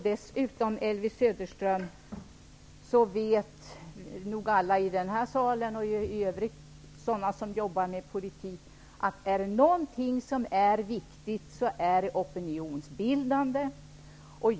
Dessutom, Elvy Söderström, vet nog säkerligen alla i den här salen, och sådana personer som jobbar med politik, att om något är viktigt, så är det opinionsbildandet.